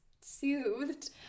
soothed